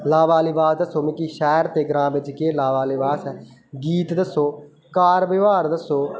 लाबा लिबास दस्सो मिकी शैह्र ते ग्रांऽ बिच केह् लाबा लिबास ऐ गीत दस्सो कार ब्यबहार दस्सो